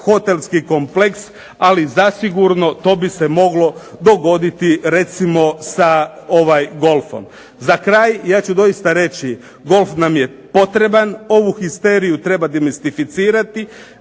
hotelski kompleks, ali zasigurno to bi se moglo dogoditi recimo sa golfom. Za kraj, ja ću doista reći golf nam je potreban, ovu histeriju treba dimestificirati,